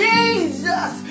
Jesus